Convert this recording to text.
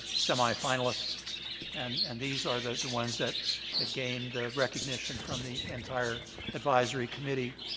semi-finalists and and these are the the ones that had gained the recognition from the entire advisory committee